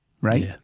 right